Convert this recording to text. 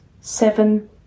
seven